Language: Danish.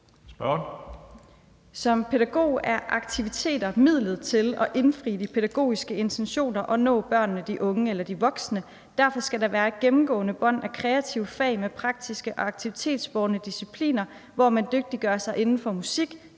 en pædagog er aktiviteter midlet til at indfri de pædagogiske intentioner og nå børnene, de unge eller de voksne. Derfor skal der være et gennemgående bånd af kreative fag med praktiske aktivitetsbårne discipliner, hvor man dygtiggør sig inden for musik,